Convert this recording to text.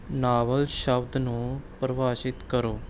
novel ਸ਼ਬਦ ਨੂੰ ਪਰਿਭਾਸ਼ਿਤ ਕਰੋ